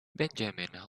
benjamin